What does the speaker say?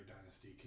dynasty